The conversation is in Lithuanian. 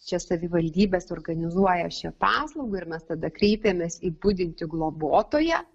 čia savivaldybės organizuoja šią paslaugą ir mes tada kreipėmės į budintį globotoją